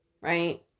right